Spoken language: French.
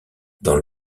dans